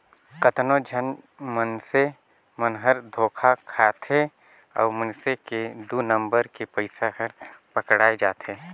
कतनो झन मइनसे मन हर धोखा खाथे अउ मइनसे के दु नंबर के पइसा हर पकड़ाए जाथे